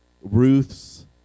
Ruth's